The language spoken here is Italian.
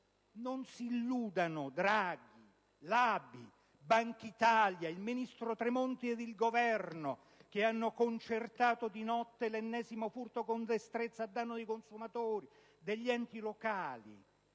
Non si illudano Draghi, l'ABI, Bankitalia, il ministro Tremonti ed il Governo, che hanno concertato di notte l'ennesimo furto con destrezza a danno dei consumatori, degli enti locali,